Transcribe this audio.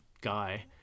guy